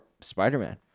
Spider-Man